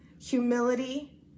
humility